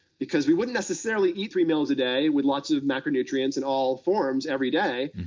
because we wouldn't necessarily eat three meals a day with lots of macronutrients in all forms every day.